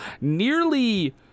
nearly